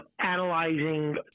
analyzing